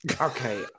Okay